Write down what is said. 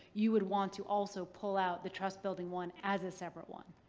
you would want to also pull out the trust building one as a separate one.